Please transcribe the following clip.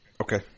Okay